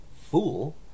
fool